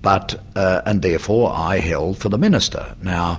but and therefore i held for the minister. now